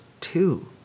two